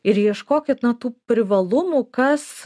ir ieškokit na tų privalumų kas